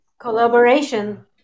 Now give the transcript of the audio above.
Collaboration